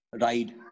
Ride